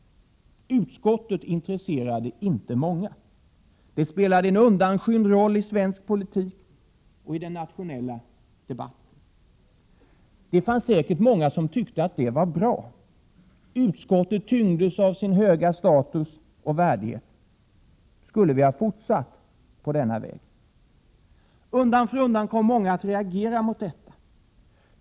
Utskottet intresserade inte många. Det spelade en undanskymd roll i svensk politk och i den nationella debatten. Det fanns säkert många som tyckte att det var bra. Utskottet tyngdes av sin höga status och värdighet. Skulle vi ha fortsatt på denna väg? Undan för undan kom många att reagera mot detta.